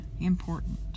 important